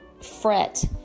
fret